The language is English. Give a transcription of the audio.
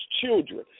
children